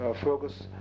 focus